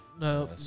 No